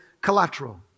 collateral